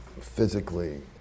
physically